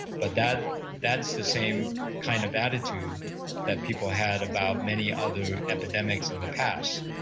but that, that's the same kind of attitude that people had about many other epidemics in the past.